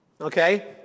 Okay